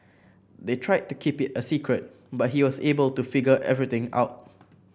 they tried to keep it a secret but he was able to figure everything out